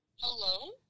Hello